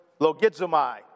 logizomai